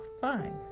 fine